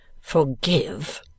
forgive